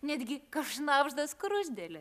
netgi ką šnabžda skruzdėlė